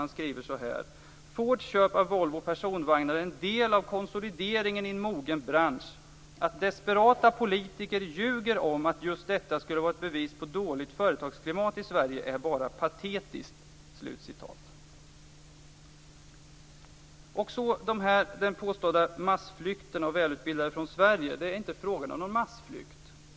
Han skriver så här: Fords köp av Volvo Personvagnar är en del av konsolideringen i en mogen bransch. Att desperata politiker ljuger om att just detta skulle vara ett bevis på dåligt företagsklimat i Sverige är bara patetiskt. Och så till den påstådda massflykten av välutbildade från Sverige. Det är inte fråga om någon massflykt.